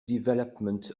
development